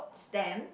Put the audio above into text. stem